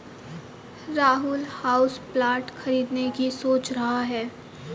Rahul houseplant खरीदने की सोच रहा है